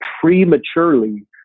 prematurely